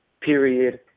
Period